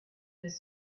his